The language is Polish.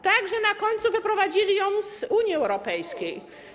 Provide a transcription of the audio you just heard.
Tak, że na końcu wyprowadzili ją z Unii Europejskiej.